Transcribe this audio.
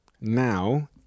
now